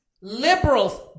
liberals